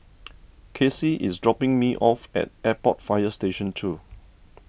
Kacy is dropping me off at Airport Fire Station two